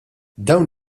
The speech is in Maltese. dawn